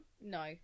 no